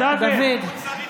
דוד.